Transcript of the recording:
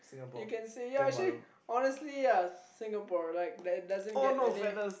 you can say ya actually honestly ya Singapore like that doesn't get any